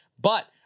But-